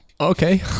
Okay